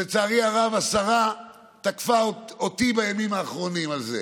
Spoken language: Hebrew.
לצערי הרב השרה תקפה אותי בימים האחרונים על זה